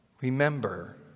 Remember